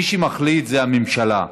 מי שמחליט זה הממשלה,